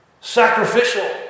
sacrificial